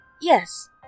Yes